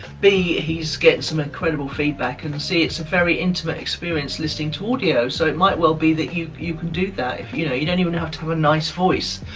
b, he's getting some incredible feedback. and and c, it's a very intimate experience, listening to audio, so it might well be that you you could do that. you know, you don't even have to have a nice voice.